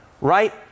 right